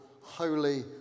holy